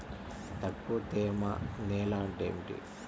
తక్కువ తేమ నేల అంటే ఏమిటి?